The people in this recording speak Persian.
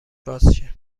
بازشه